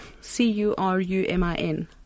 C-U-R-U-M-I-N